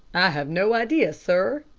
have no idea, sir,